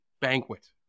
banquet